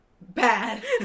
bad